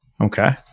okay